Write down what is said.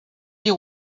you